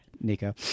Nico